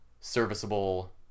serviceable